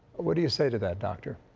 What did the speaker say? what do you say to that, doctor?